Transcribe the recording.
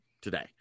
today